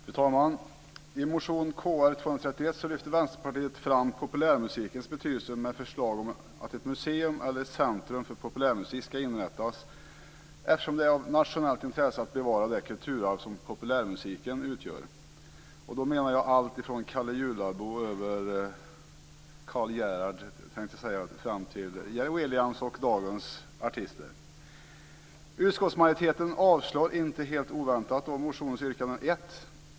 Fru talman! I motion Kr231 lyfter Vänsterpartiet fram populärmusikens betydelse med förslag om att ett museum eller ett centrum för populärmusik ska inrättas eftersom det är av nationellt intresse att bevara det kulturarv som populärmusiken utgör. Då menar jag allt från Calle Jularbo över Karl Gerhard och fram till Jerry Williams och dagens artister. Utskottsmajoriteten avstyrker inte helt oväntat motionens yrkande 1.